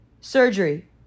Surgery